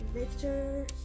Victor